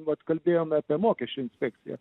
vat kalbėjome apie mokesčių inspekciją